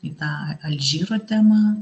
į tą alžyro temą